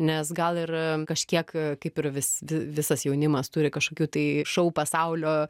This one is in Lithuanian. nes gal ir kažkiek kaip ir vis visas jaunimas turi kažkokių tai šou pasaulio